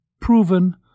proven